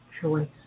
choice